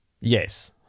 Yes